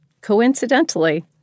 coincidentally